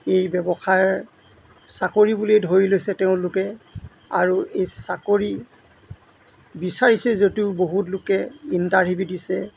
এই ব্যৱসায়ৰ চাকৰি বুলিয়ে ধৰি লৈছে তেওঁলোকে আৰু এই চাকৰি বিচাৰিছে যদিও বহুত লোকে ইণ্টাৰভিউ দিছে